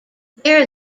there